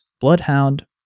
Bloodhound